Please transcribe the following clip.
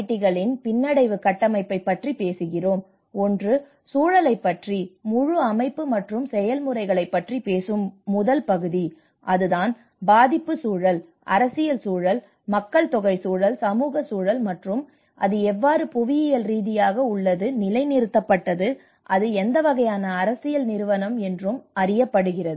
D களின் பின்னடைவு கட்டமைப்பைப் பற்றி பேசுகிறோம் ஒன்று சூழலைப் பற்றி முழு அமைப்பு மற்றும் செயல்முறைகளைப் பற்றி பேசும் முதல் பகுதி அதுதான் பாதிப்பு சூழல் அரசியல் சூழல் மக்கள்தொகை சூழல் சமூக சூழல் மற்றும் அது எவ்வாறு புவியியல் ரீதியாக உள்ளது நிலைநிறுத்தப்பட்டது இது எந்த வகையான அரசியல் நிறுவனம் என்றும் அறியப்படுகிறது